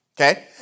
okay